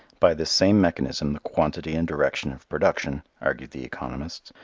by this same mechanism the quantity and direction of production, argued the economists,